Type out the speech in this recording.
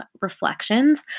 reflections